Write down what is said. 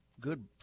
good